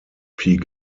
peak